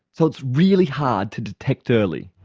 so it's really hard to detect early.